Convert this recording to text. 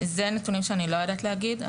זה נתונים שאני לא יודעת להגיד.